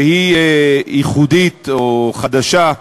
שהיא ייחודית או חדשה,